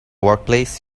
workplace